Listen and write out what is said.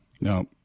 No